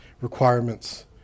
requirements